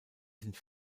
sind